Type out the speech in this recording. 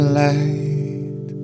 light